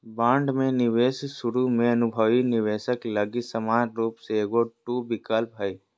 bond में निवेश शुरु में अनुभवी निवेशक लगी समान रूप से एगो टू विकल्प हइ